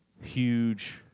huge